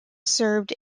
served